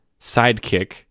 sidekick